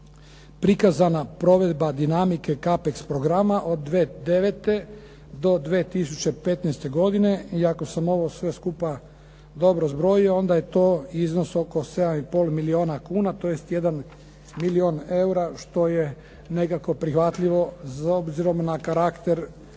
prikazana provedba dinamike Kapex programa od 2009. do 2015. godine i ako sam ovo sve skupa dobro zbrojio onda je to iznos oko 7 i pol milijuna kuna, tj. jedan milijun eura što je nekako prihvatljivo, s obzirom na karakter